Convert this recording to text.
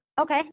Okay